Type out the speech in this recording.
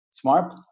smart